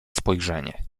spojrzenie